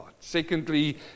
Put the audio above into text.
secondly